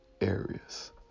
areas